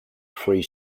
free